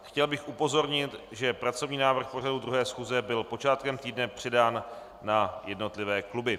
Chtěl bych upozornit, že pracovní návrh 2. schůze byl počátkem týdne předán na jednotlivé kluby.